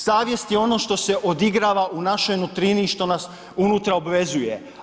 Savjest je ono što se odigrava u našoj nutrini i što nas unutra obvezuje.